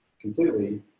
completely